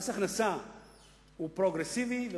מס הכנסה הוא פרוגרסיבי,